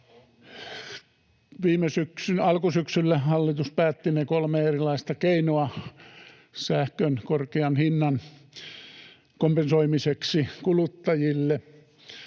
Alkusyksyllä hallitus päätti ne kolme erilaista keinoa sähkön korkean hinnan kompensoimiseksi kuluttajille.